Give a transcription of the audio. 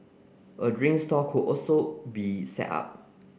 a drink stall could also be set up